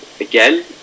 Again